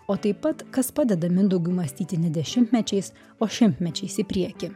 o taip pat kas padeda mindaugui mąstyti ne dešimtmečiais o šimtmečiais į priekį